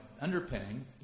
underpinning